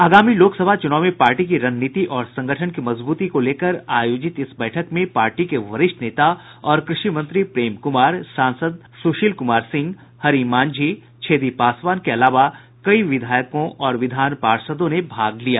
आगामी लोकसभा चुनाव में पार्टी की रणनीति और संगठन की मजबूती को लेकर आयोजित इस बैठक में पार्टी के वरिष्ठ नेता और कृषि मंत्री प्रेम कुमार सांसद सुशील कुमार सिंह हरि मांझी छेदी पासवान के अलावा कई विधायकों विधान पार्षदों ने भाग लिया